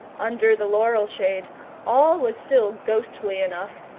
under the laurel-shade all was still ghostly enough,